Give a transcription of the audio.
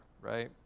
right